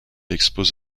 expose